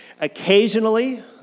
Occasionally